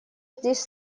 здесь